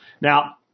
Now